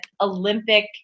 Olympic